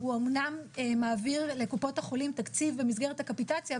הוא אמנם מעביר לקופות החולים תקציב במסגרת הקפיטציה,